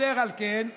יתר על כן,